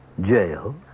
jail